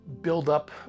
buildup